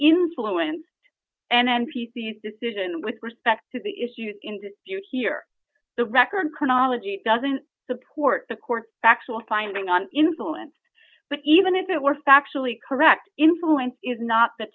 the decision with respect to the issues in dispute here the record chronology doesn't support the court's factual finding on influence but even if it were factually correct influence is not the